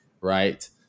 right